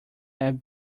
have